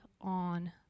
on